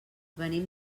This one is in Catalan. venim